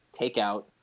takeout